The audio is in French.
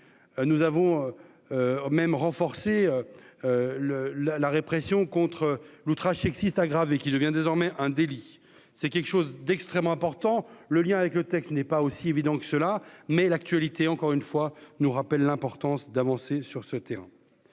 nous avons même renforcé le la la répression contre l'outrage sexiste aggravé qui devient désormais un délit, c'est quelque chose d'extrêmement important : le lien avec le texte n'est pas aussi évident que cela, mais l'actualité, encore une fois, nous rappelle l'importance d'avancer sur ce terrain,